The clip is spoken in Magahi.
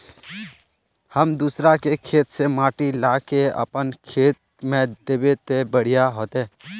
हम दूसरा के खेत से माटी ला के अपन खेत में दबे ते बढ़िया होते?